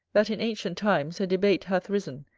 that in ancient times a debate hath risen,